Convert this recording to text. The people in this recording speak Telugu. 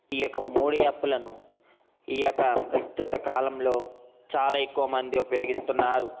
ఈయొక్క మూడు యాప్లను ఈయొక్క ప్రస్తుత కాలంలో చాలా ఎక్కువ మంది ఉపయోగిస్తున్నారు